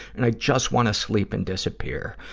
and i just wanna sleep and disappear.